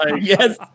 yes